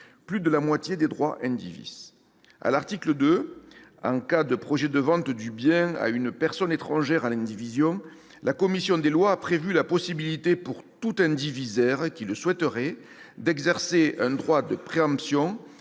plus de la moitié des droits indivis. À l'article 2, en cas de projet de vente du bien à une personne étrangère à l'indivision, la commission des lois a prévu la possibilité pour tout indivisaire qui le souhaiterait d'exercer un droit de préemption